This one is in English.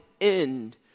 end